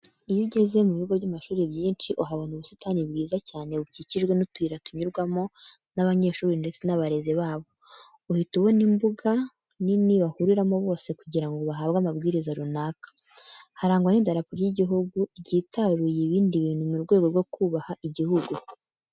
Iyo ugeze mu bigo by'amashuri byinshi uhabona ubusitani bwiza cyane bukikijwe n'utuyira tunyurwamo n'abanyeshuri ndetse n'abarezi babo. Uhita kandi ubona imbuga nini bahuriramo bose kugira ngo bahabwe amabwiriza runaka. Harangwa n'idarapo ry'igihugu ryitaruye ibindi bintu mu rwego rwo kubaha igihugu.